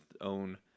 own